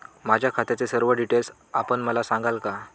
माझ्या खात्याचे सर्व डिटेल्स आपण मला सांगाल का?